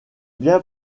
bien